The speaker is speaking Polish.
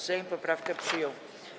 Sejm poprawkę przyjął.